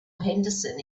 henderson